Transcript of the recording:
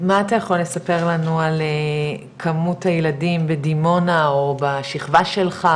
מה אתה יכול ספר לנו על כמות הילדים בדימונה או בשכבה שלך,